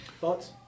thoughts